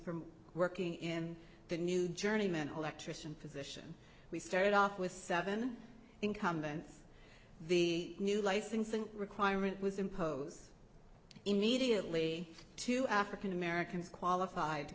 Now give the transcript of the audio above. from working in the new journeyman electrician position we started off with seven incumbents the new licensing requirement was imposed immediately to african americans qualified to